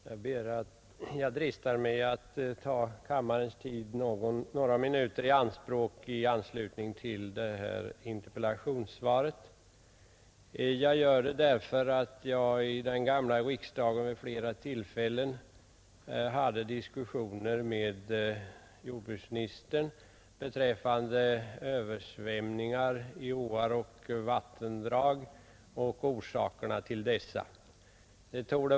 Fru talman! Jag dristar mig att ta kammarens tid i anspråk några minuter för att säga ett par ord i anslutning till detta interpellationssvar. Jag gör det därför att jag i den gamla riksdagen vid flera tillfällen hade diskussioner med jordbruksministern rörande översvämningarna i våra åar och vattendrag samt orsakerna till dessa översvämningar.